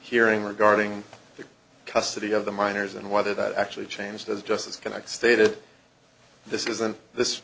hearing regarding the custody of the minors and whether that actually changed as justice connect stated this